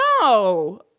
No